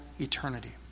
eternity